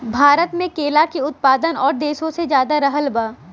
भारत मे केला के उत्पादन और देशो से ज्यादा रहल बा